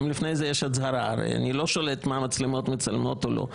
אם לפני זה יש --- הרי אני לא שולט במה המצלמות מצלמות או לא.